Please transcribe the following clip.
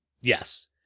Yes